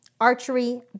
archery